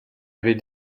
avait